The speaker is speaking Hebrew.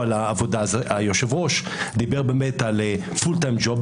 היושב-ראש דיבר על פול טיים ג'וב,